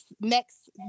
next